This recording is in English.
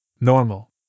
Normal